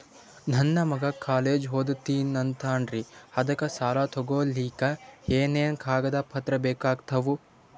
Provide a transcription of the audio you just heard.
ನನ್ನ ಮಗ ಕಾಲೇಜ್ ಓದತಿನಿಂತಾನ್ರಿ ಅದಕ ಸಾಲಾ ತೊಗೊಲಿಕ ಎನೆನ ಕಾಗದ ಪತ್ರ ಬೇಕಾಗ್ತಾವು?